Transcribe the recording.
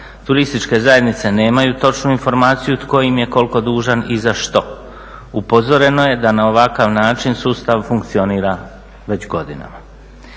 Turističke zajednice nemaju točnu informaciju tko im je koliko dužan i za što. Upozoreno je da na ovakav način sustav funkcionira već godinama.